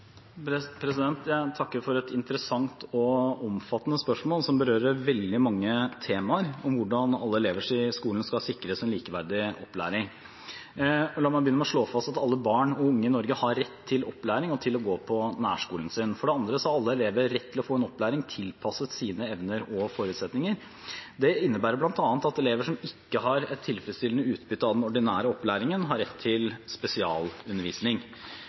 Jeg takker for et interessant og omfattende spørsmål som berører veldig mange temaer, om hvordan alle elever i skolen skal sikres en likeverdig opplæring. La meg begynne med å slå fast at alle barn og unge i Norge har rett til opplæring og til å gå på nærskolen sin. For det andre har alle elever rett til å få en opplæring tilpasset sine evner og forutsetninger. Det innebærer bl.a. at elever som ikke har et tilfredsstillende utbytte av den ordinære opplæringen, har rett til spesialundervisning.